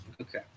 Okay